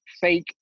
fake